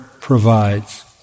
provides